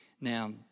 Now